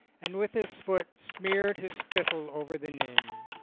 and with his foot smeared his spittle over the name.